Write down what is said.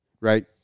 right